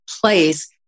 place